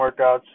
workouts